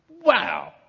wow